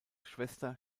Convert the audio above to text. schwester